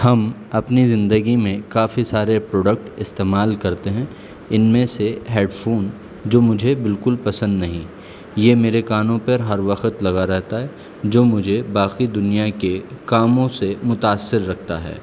ہم اپنی زندگی میں کافی سارے پروڈکٹ استعمال کرتے ہیں ان میں سے ہیڈفون جو مجھے بالکل پسند نہیں یہ میرے کانوں پر ہر وقت لگا رہتا ہے جو مجھے باقی دنیا کے کاموں سے متاثر رکھتا ہے